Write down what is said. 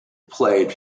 played